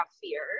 fear